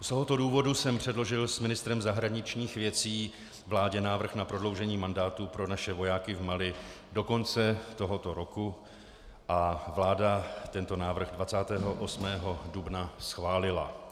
Z tohoto důvodu jsem předložil s ministrem zahraničních věcí vládě návrh na prodloužení mandátu pro naše vojáky v Mali do konce tohoto roku a vláda tento návrh 28. dubna schválila.